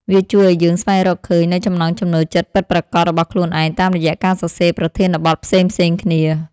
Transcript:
វាជួយឱ្យយើងស្វែងរកឃើញនូវចំណង់ចំណូលចិត្តពិតប្រាកដរបស់ខ្លួនឯង តាមរយៈការសរសេរប្រធានបទផ្សេងៗគ្នា។